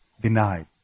denied